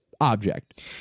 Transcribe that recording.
object